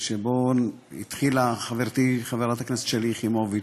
התחילה חברתי חברת הכנסת שלי יחימוביץ,